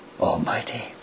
Almighty